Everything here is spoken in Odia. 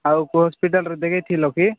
ଆଉ କେଉଁ ହସ୍ପିଟାଲ୍ରେ ଦେଖେଇ ଥିଲ କି